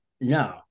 no